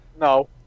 no